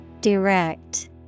direct